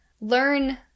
learn